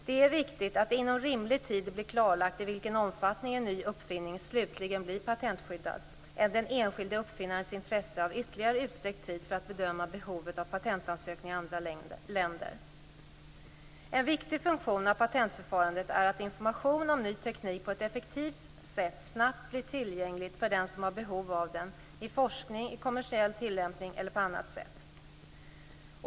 Det är viktigare att det inom rimlig tid blir klarlagt i vilken omfattning en ny uppfinning slutligen blir patentskyddad än att den enskilde uppfinnarens intresse av ytterligare utsträckt tid för att bedöma behovet av patentansökningar i andra länder tillgodoses. En viktig funktion av patentförfarandet är att information om ny teknik på ett effektivt sätt snabbt blir tillgänglig för den som har behov av den i forskning, i kommersiell tillämpning eller på annat sätt.